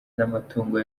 n’amatungo